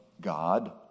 God